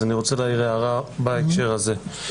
אז אני רוצה להעיר הערה בהקשר הזה.